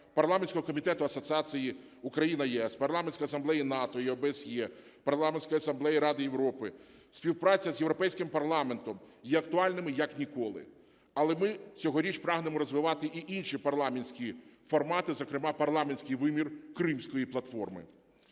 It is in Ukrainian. Парламентського комітету асоціації Україна-ЄС, Парламентської асамблеї НАТО і ОБСЄ, Парламентської асамблеї Ради Європи, співпраця з Європейським парламентом є актуальними як ніколи. Але ми цьогоріч прагнемо розвивати і інші парламентські формати, зокрема парламентський вимір Кримської платформи.